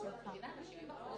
מה שאמרת זה דווקא